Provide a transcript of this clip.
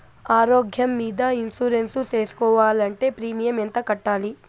ఆరోగ్యం మీద ఇన్సూరెన్సు సేసుకోవాలంటే ప్రీమియం ఎంత కట్టాలి?